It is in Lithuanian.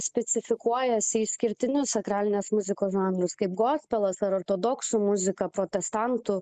specifikuojasi į išskirtinius sakralinės muzikos žanrus kaip gospelas ar ortodoksų muzika protestantų